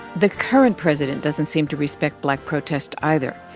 the current president doesn't seem to respect black protest either,